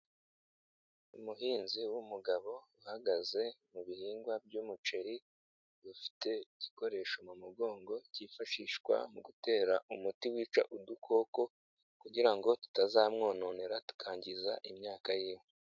Umuhinzi w'umugabo uhagaze mu bihingwa by'umuceri ufite igikoresho mu mugongo kifashishwa mu gutera umuti wica udukoko kugira ngo tutazamwononera tukangiza imyaka y'iwe.